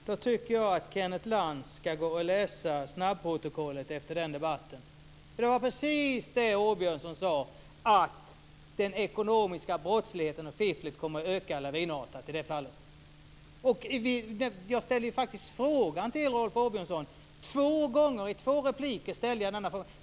Herr talman! Då tycker jag att Kenneth Lantz ska läsa snabbprotokollet efter den debatten. Det var precis det Åbjörnsson sade, att den ekonomiska brottsligheten och fifflet kommer att öka lavinartat i det fallet. Jag ställde faktiskt frågan till Rolf Åbjörnsson två gånger i två repliker.